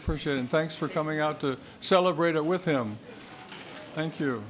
appreciate and thanks for coming out to celebrate it with him thank you